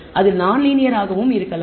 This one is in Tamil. அது நான்லீனியர் ஆகவும் இருக்கலாம்